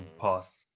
past